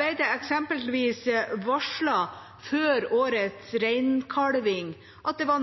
ble det eksempelvis varslet før årets reinkalving at det var